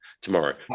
tomorrow